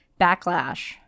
backlash